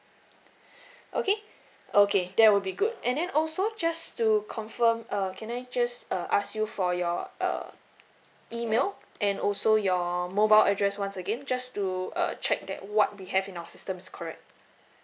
okay okay that will be good and then also just to confirm err can I just uh ask you for your uh email and also your mobile address once again just to uh check that what we have in our system is correct